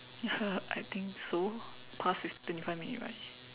ya sia I think so past fifteen twenty five minutes right